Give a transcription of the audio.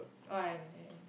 oh I